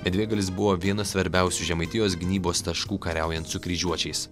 medvėgalis buvo vienas svarbiausių žemaitijos gynybos taškų kariaujant su kryžiuočiais